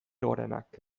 gorenak